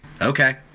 okay